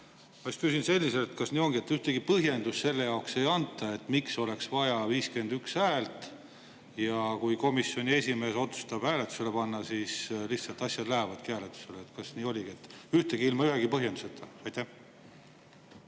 Ma küsin selliselt: kas nii ongi, et ühtegi põhjendust selle kohta ei anta, miks oleks vaja 51 häält? Kui komisjoni esimees otsustab hääletusele panna, siis lihtsalt asjad lähevadki hääletusele. Kas nii oligi, et ilma ühegi põhjenduseta? Aitäh,